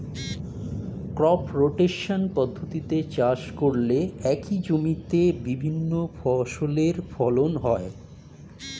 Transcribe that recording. crop rotation পদ্ধতিতে চাষ করলে একই জমিতে বিভিন্ন ফসলের ফলন হয়